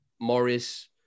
Morris